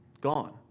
gone